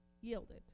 yielded